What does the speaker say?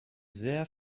sehr